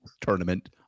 tournament